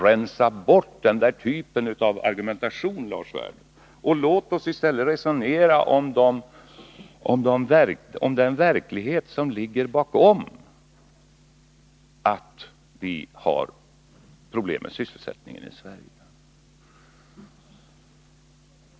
Rensa bort den typen av argumentation, Lars Werner, och låt oss i stället resonera om den verklighet som ligger bakom detta att vi har problem med sysselsättningen i Sverige!